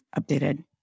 updated